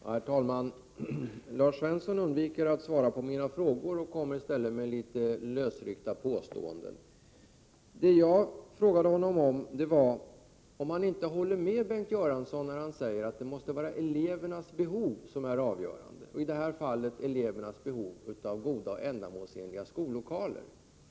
Herr talman! Lars Svensson undviker att svara på mina frågor och kommer i stället med litet lösryckta påståenden. Det jag frågade honom om var om han inte håller med Bengt Göransson, som har sagt att det måste vara elevernas behov som är avgörande, i det här fallet elevernas behov av goda och ändamålsenliga skollokaler.